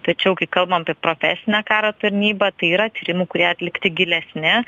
tačiau kai kalbam apie profesinę karo tarnybą tai yra tyrimų kurie atlikti gilesni